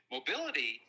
Mobility